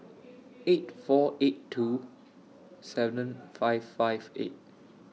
eight four eight two seven five five eight